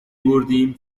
بردیم